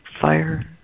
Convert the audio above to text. fire